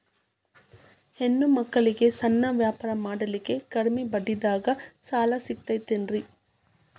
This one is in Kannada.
ಹೆಣ್ಣ ಮಕ್ಕಳಿಗೆ ಸಣ್ಣ ವ್ಯಾಪಾರ ಮಾಡ್ಲಿಕ್ಕೆ ಕಡಿಮಿ ಬಡ್ಡಿದಾಗ ಸಾಲ ಸಿಗತೈತೇನ್ರಿ?